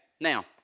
Now